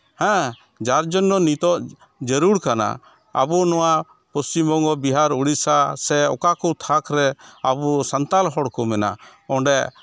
ᱦᱮᱸ ᱡᱟᱨ ᱡᱚᱱᱱᱚ ᱱᱤᱛᱳᱜ ᱡᱟᱹᱨᱩᱲ ᱠᱟᱱᱟ ᱟᱵᱚ ᱱᱚᱣᱟ ᱯᱚᱪᱷᱤᱢ ᱵᱚᱝᱜᱚ ᱵᱤᱦᱟᱨ ᱳᱰᱤᱥᱟ ᱞᱮ ᱚᱠᱟ ᱠᱚ ᱛᱷᱟᱠ ᱨᱮ ᱟᱵᱚ ᱥᱟᱱᱛᱟᱲ ᱦᱚᱲ ᱠᱚ ᱢᱮᱱᱟᱜ ᱚᱸᱰᱮ